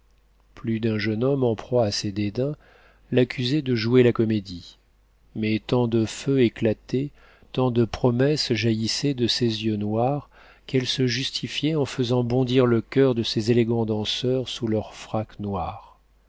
plus d'un jeune homme en proie à ses dédains l'accusait de jouer la comédie mais tant de feux éclataient tant de promesses jaillissaient de ses yeux noirs qu'elle se justifiait en faisant bondir le coeur de ses élégants danseurs sous leurs fracs noirs